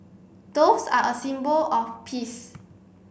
doves are a symbol of peace